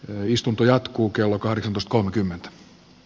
l istunto jatkuu kello kahdeksan kolmekymmentä